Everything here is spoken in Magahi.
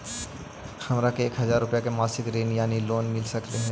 हमरा के एक हजार रुपया के मासिक ऋण यानी लोन मिल सकली हे?